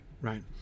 right